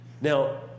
Now